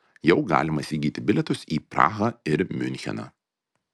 jau galima įsigyti bilietus į prahą ir miuncheną